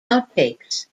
outtakes